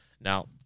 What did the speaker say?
Now